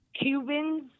cubans